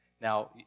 Now